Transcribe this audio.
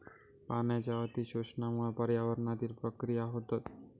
पाण्याच्या अती शोषणामुळा पर्यावरणीय प्रक्रिया होतत